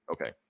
Okay